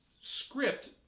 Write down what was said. script